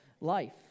life